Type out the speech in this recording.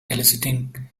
eliciting